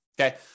Okay